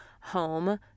home